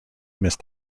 missed